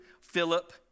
Philip